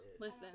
Listen